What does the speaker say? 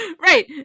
Right